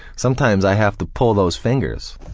sometimes i have to pull those fingers,